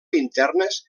internes